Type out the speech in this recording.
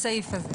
בסעיף הזה.